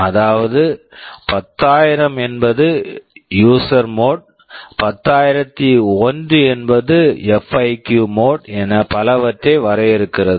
அதாவது 10000 என்பது user user mode mode 10001 என்பது எப்ஐகிவ் FIQ மோட் mode என பலவற்றை வரையறுக்கிறது